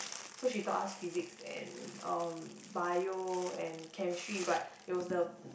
so she taught us Physics and um Bio and Chemistry but it was the